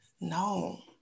No